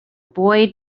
boy